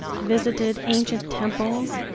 visited ancient temples,